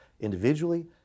individually